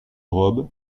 robe